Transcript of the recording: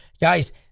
guys